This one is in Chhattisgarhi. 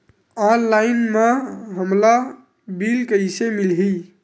ऑनलाइन म हमला बिल कइसे मिलही?